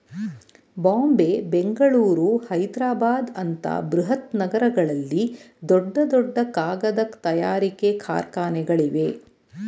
ಬಾಂಬೆ, ಬೆಂಗಳೂರು, ಹೈದ್ರಾಬಾದ್ ಅಂತ ಬೃಹತ್ ನಗರಗಳಲ್ಲಿ ದೊಡ್ಡ ದೊಡ್ಡ ಕಾಗದ ತಯಾರಿಕೆ ಕಾರ್ಖಾನೆಗಳಿವೆ